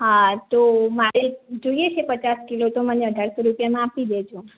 હા તો મારે જોઈએ છે પચાસ કિલો મને અઢારસો રૂપિયામાં આપી દેજો